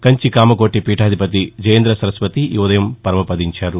కంచి కామకోటి పీఠాధిపతి జయేంద్ర సరస్వతి ఈ ఉదయం పరమపదించారు